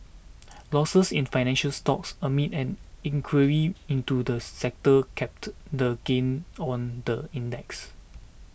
losses in financial stocks amid an inquiry into the sector capped the gains on the index